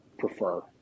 prefer